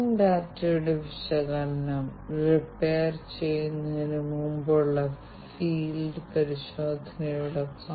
സ്റ്റാൻഡേർഡൈസേഷന്റെ ഈ മുഴുവൻ പ്രശ്നവും ശേഖരിക്കുന്ന ഈ വ്യത്യസ്ത ഉപകരണങ്ങളിൽ ഉപഭോക്താക്കൾ ആശ്രയിക്കുന്നത് കുറയ്ക്കും